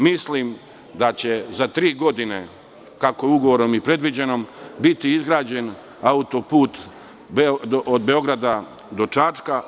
Mislim da će za tri godine, kako je ugovorom i predviđeno, biti izgrađen autoput od Beograda do Čačka.